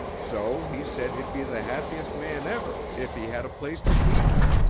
so he said he'd be the happiest man ever if he had a place to keep it.